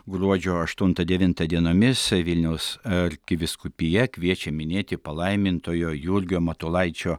gruodžio aštuntą devintą dienomis vilniaus arkivyskupija kviečia minėti palaimintojo jurgio matulaičio